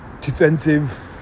defensive